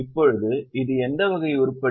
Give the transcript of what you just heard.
இப்போது இது எந்த வகை உருப்படி